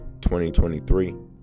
2023